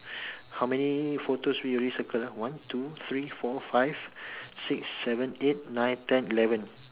how many photos we already circle ah one two three four five six seven eight nine ten eleven